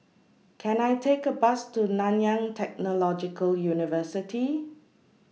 Can I Take A Bus to Nanyang Technological University